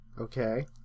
Okay